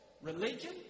Religion